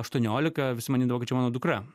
aštuoniolika visi manydavo kad čia mano dukra